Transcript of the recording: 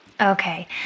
Okay